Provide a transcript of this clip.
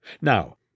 Now—